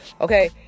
okay